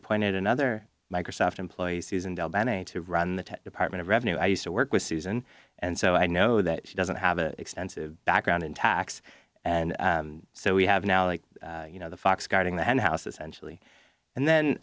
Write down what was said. pointed another microsoft employee susan del bene to run the department of revenue i used to work with susan and so i know that she doesn't have an extensive background in tax and so we have now like you know the fox guarding the hen house essentially and